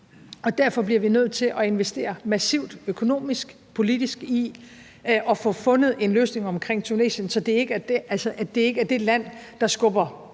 og derfor bliver vi nødt til at investere massivt økonomisk og politisk i at få fundet en løsning omkring Tunesien, så det ikke er det land, der kommer